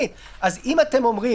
אבל לתת לו איזו